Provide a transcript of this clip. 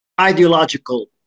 ideological